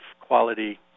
quality